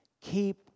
Keep